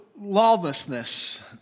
lawlessness